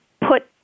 put